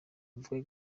mvuge